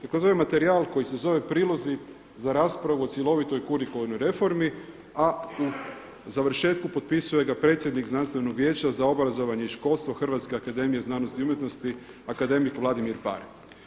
Tako kroz ovaj materijal koji se zove Prilozi za raspravu u cjelovitoj kurikularnoj reformi, a po završetku potpisuje ga predsjednik Znanstvenog vijeća za obrazovanje i školstvo Hrvatske akademije znanosti i umjetnosti, akademik Vladimir Paar.